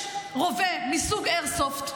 יש רובה מסוג איירסופט,